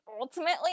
ultimately